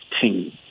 team